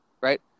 right